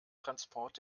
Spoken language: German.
transport